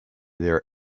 their